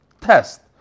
Test